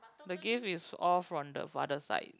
the gift is all from the father side